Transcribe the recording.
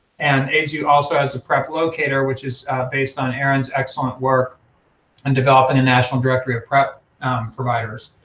and aidsvu also has a prep locator, which is based on aaron's excellent work in developing a national directory of prep providers.